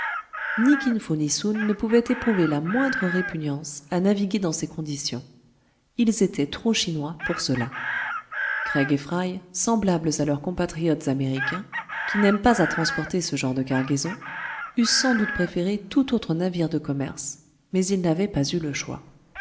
soun ne pouvaient éprouver la moindre répugnance à naviguer dans ces conditions ils étaient trop chinois pour cela craig et fry semblables à leurs compatriotes américains qui n'aiment pas à transporter ce genre de cargaison eussent sans doute préféré tout autre navire de commerce mais ils n'avaient pas eu le choix